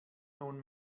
nun